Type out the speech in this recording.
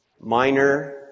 Minor